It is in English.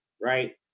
right